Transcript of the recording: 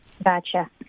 Gotcha